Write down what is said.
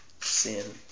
sin